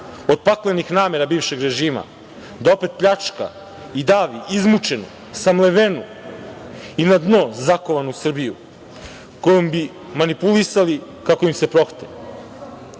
od paklenih namera bivšeg režima da opet pljačka i davi izmučenu, samlevenu i na dno zakovanu Srbiju, kojom bi manipulisali kako im se prohte. Narod